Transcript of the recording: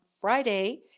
Friday